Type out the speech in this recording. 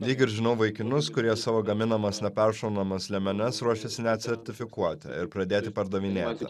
lyg ir žinau vaikinus kurie savo gaminamas neperšaunamas liemenes ruošėsi net sertifikuoti ir pradėti pardavinėti